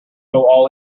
all